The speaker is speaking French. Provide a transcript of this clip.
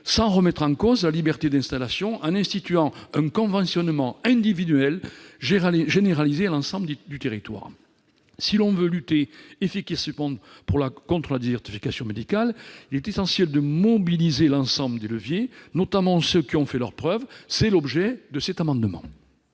sans remettre en cause la liberté d'installation, en instituant un conventionnement individuel généralisé à l'ensemble du territoire. Si l'on veut lutter efficacement contre la désertification médicale, il est essentiel de mobiliser l'ensemble des leviers, notamment ceux qui ont fait leurs preuves. Tel est l'objet de cet amendement.